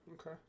okay